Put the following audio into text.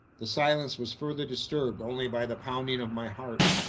the silence was further disturbed only by the pounding of my heart.